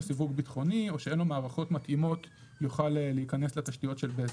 סיווג ביטחוני או שאין לו מערכות מתאימות יוכל להיכנס לתשתיות של בזק.